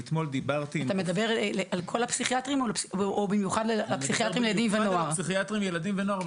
אתה מטפל על כל הפסיכיאטרים או במיוחד הפסיכיאטרים לילדים ונוער?